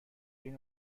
این